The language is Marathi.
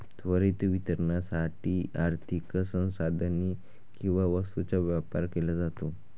त्वरित वितरणासाठी आर्थिक संसाधने किंवा वस्तूंचा व्यापार केला जातो